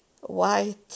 white